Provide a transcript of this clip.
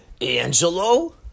Angelo